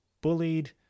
bullied